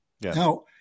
Now